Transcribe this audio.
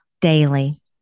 daily